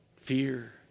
Fear